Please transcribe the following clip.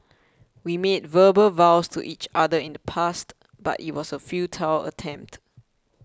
we made verbal vows to each other in the past but it was a futile attempt